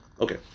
Okay